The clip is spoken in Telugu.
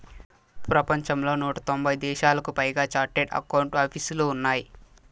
ప్రపంచంలో నూట తొంభై దేశాలకు పైగా చార్టెడ్ అకౌంట్ ఆపీసులు ఉన్నాయి